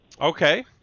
Okay